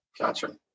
Gotcha